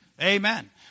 Amen